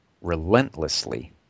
relentlessly